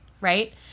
Right